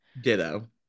Ditto